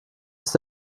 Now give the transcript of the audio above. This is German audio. ist